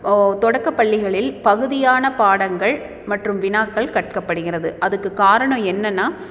தொடக்கப் பள்ளிகளில் பகுதியான பாடங்கள் மற்றும் வினாக்கள் கற்கப்படுகிறது அதுக்கு காரணம் என்னென்னால்